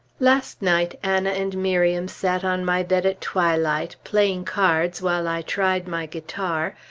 last night anna and miriam sat on my bed at twilight, playing cards while i tried my guitar,